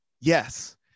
Yes